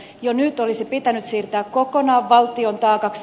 jo nyt ne olisi pitänyt siirtää kokonaan valtion taakaksi